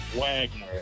Wagner